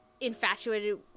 infatuated